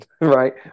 Right